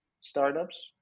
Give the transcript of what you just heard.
startups